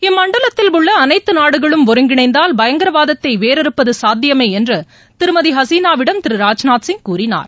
இம்மண்டலத்தில் உள்ளஅனைத்துநாடுகளும் ஒருங்கிணைந்தால் பயங்கரவாதத்தைவேரறுப்பதுசாத்தியமேஎன்றுதிருமதிஹசீனாவிடம் திரு ராஜ்நாத் சிங் கூறினார்